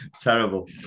Terrible